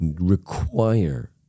require